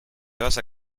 basa